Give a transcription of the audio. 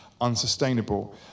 unsustainable